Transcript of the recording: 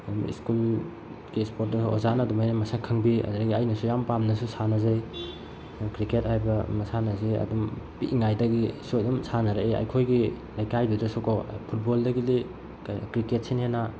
ꯁ꯭ꯀꯨꯜꯒꯤ ꯏꯁꯄꯣꯔꯠꯇ ꯑꯣꯖꯥꯅ ꯑꯗꯨꯃꯥꯏꯅ ꯃꯁꯛ ꯈꯪꯕꯤ ꯑꯗꯨꯗꯒꯤ ꯑꯩꯅꯁꯨ ꯌꯥꯝ ꯄꯥꯝꯅꯁꯨ ꯁꯥꯟꯅꯖꯩ ꯀ꯭ꯔꯤꯀꯦꯠ ꯍꯥꯏꯕ ꯃꯁꯥꯟꯅꯁꯤ ꯑꯗꯨꯝ ꯄꯤꯛꯏꯉꯩꯗꯒꯤꯁꯨ ꯑꯗꯨꯝ ꯁꯥꯟꯅꯔꯛꯏ ꯑꯩꯈꯣꯏꯒꯤ ꯂꯩꯀꯥꯏꯗꯨꯗꯁꯨ ꯀꯣ ꯐꯨꯠꯕꯣꯜꯗꯒꯤꯗꯤ ꯀꯔꯤ ꯀ꯭ꯔꯤꯀꯦꯠꯁꯤꯅ ꯍꯦꯟꯅ